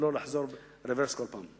ולא לחזור רוורס כל פעם.